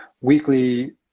weekly